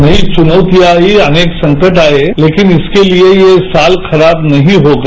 नई चुनौतियां आई अनेक संकट आए तेकिन इसके लिए ये साल खराब नहीं होगा